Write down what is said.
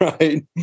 right